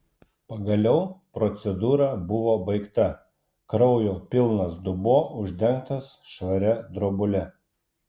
pagaliau procedūra buvo baigta kraujo pilnas dubuo uždengtas švaria drobule